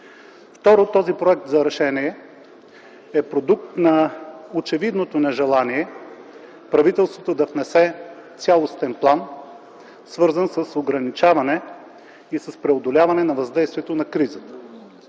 Второ, този Проект за решение е продукт на очевидното нежелание правителството да внесе цялостен план, свързан с ограничаване и с преодоляване на въздействието на кризата.